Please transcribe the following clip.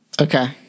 Okay